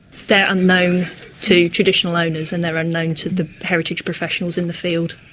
they're unknown to traditional owners and they're unknown to the heritage professionals in the field.